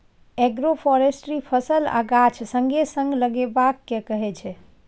agroforestry फसल आ गाछ संगे संग लगेबा केँ कहय छै